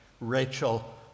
Rachel